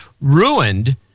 ruined